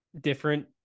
different